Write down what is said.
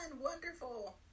Wonderful